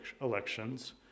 elections